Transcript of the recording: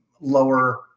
lower